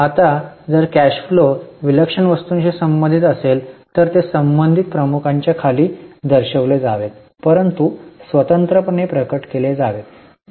आता जर cash flow विलक्षण वस्तूंशी संबंधित असेल तर ते संबंधित प्रमुखांच्या खाली दर्शविले जावेत परंतु स्वतंत्रपणे प्रकट केले जावेत